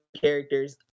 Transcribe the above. characters